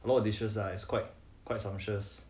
a lot of dishes lah it's quite quite sumptuous